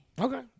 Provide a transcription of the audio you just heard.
Okay